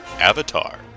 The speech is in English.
Avatar